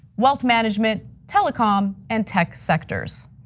wealth management, telecom and tech sectors.